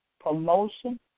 promotion